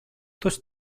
tots